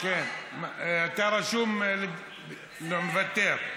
אתה רשום, מוותר,